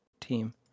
team